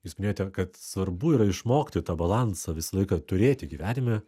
jūs minėjote kad svarbu yra išmokti tą balansą visą laiką turėti gyvenime